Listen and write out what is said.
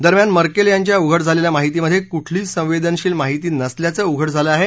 दरम्यान मर्केल यांच्या उघड झालेल्या माहितीमध्ये कुठली संवेदनशील माहिती नसल्याचं उघड झालं आहे